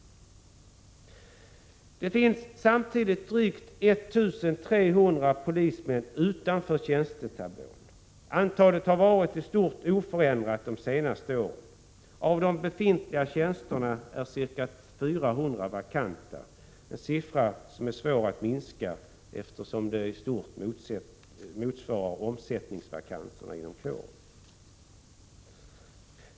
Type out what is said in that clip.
Det finns samtidigt drygt 1 300 polismän utanför tjänstetablån. Antalet har varit i stort sett oförändrat de senaste åren. Av de befintliga tjänsterna är ca 400 vakanta, en siffra som är svår att minska, eftersom den i stort motsvarar omsättningsvakanserna inom kåren.